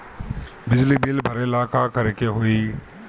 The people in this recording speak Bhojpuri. बिजली बिल भरेला का करे के होई?